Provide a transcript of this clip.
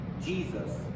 Jesus